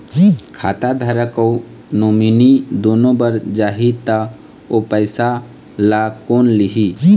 खाता धारक अऊ नोमिनि दुनों मर जाही ता ओ पैसा ला कोन लिही?